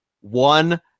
one